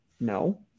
No